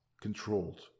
controlled